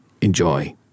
enjoy